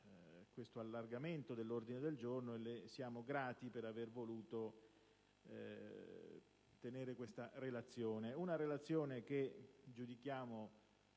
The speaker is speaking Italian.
un allargamento dell'ordine del giorno, e le siamo grati per aver voluto tenere questa relazione. Una relazione che giudichiamo